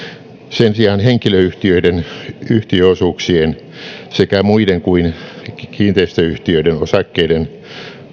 sen sijaan henkilöyhtiöiden yhtiöosuuksien sekä muiden kuin kiinteistöyhtiöiden osakkeiden